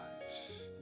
lives